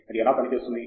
అది ఎలా పనిచేస్తుంది